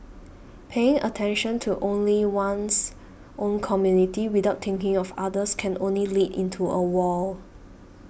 paying attention only to one's own community without thinking of others can only lead into a wall